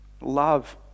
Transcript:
love